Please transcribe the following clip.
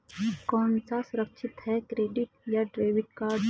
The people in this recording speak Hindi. कौन सा सुरक्षित है क्रेडिट या डेबिट कार्ड?